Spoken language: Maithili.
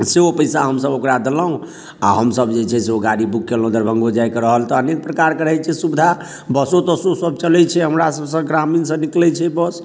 से ओ पैसा हमसभ ओकरा देलहुँ आ हमसभ जे छै से ओ गाड़ी बुक कयलहुँ दरभङ्गो जाइ कऽ रहल तऽ अनेक प्रकार कऽ रहैत छै सुविधा बसो तसो सभ चलैत छै हमरा सभसँ ग्रामीणसँ निकलैत छै बस